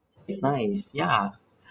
it's nice ya